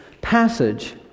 passage